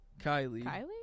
Kylie